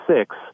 six